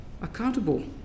accountable